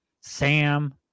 Sam